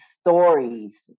stories